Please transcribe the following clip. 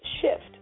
shift